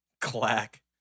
Clack